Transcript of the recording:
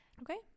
Okay